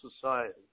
society